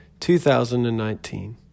2019